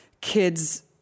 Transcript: Kids